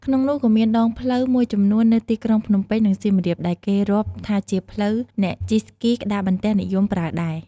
ក្នុងនោះក៏មានដងផ្លូវមួយចំនួននៅទីក្រុងភ្នំពេញ និងសៀមរាបដែលគេរាប់ថាជាផ្លូវអ្នកជិះស្គីក្ដារបន្ទះនិយមប្រើដែរ។